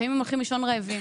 לפעמים הם הולכים לישון רעבים.